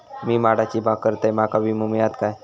मी माडाची बाग करतंय माका विमो मिळात काय?